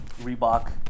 Reebok